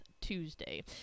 Tuesday